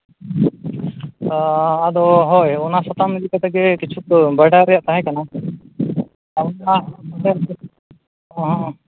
ᱟᱫᱚ ᱦᱳᱭ ᱚᱱᱟ ᱥᱟᱛᱟᱢ ᱤᱫᱤ ᱠᱟᱛᱮᱫ ᱜᱮ ᱠᱤᱪᱷᱩ ᱵᱟᱰᱟᱭ ᱨᱮᱭᱟᱜ ᱛᱟᱦᱮᱸ ᱠᱟᱱᱟ